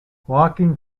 walking